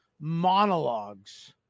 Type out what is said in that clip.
monologues